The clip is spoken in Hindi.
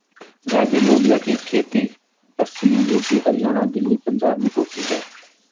राजू लोबिया की खेती पश्चिमी यूपी, हरियाणा, दिल्ली, पंजाब में होती है